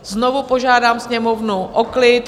Znovu požádám Sněmovnu o klid.